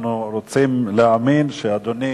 אנחנו רוצים להאמין שאדוני